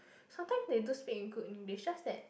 sometime they do speak in good English just that